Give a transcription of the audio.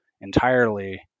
entirely